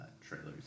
trailers